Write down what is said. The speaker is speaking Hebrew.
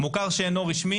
מוכר שאינו רשמי